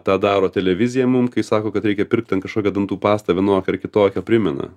tą daro televizija mum kai sako kad reikia pirkt ten kažkokią dantų pastą vienokią ar kitokią primena